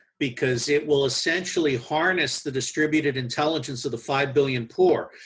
because it will essentially harness the distributed intelligence of the five billion poor.